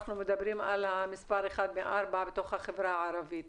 שאנחנו מדברים על המספר אחד מארבע בתוך החברה הערבית.